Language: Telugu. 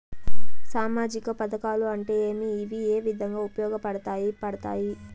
సామాజిక పథకాలు అంటే ఏమి? ఇవి ఏ విధంగా ఉపయోగపడతాయి పడతాయి?